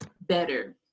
better